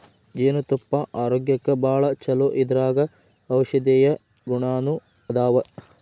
ಜೇನತುಪ್ಪಾ ಆರೋಗ್ಯಕ್ಕ ಭಾಳ ಚುಲೊ ಇದರಾಗ ಔಷದೇಯ ಗುಣಾನು ಅದಾವ